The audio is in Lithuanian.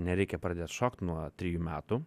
nereikia pradėt šokt nuo trijų metų